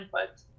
input